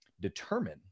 determine